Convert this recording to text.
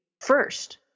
first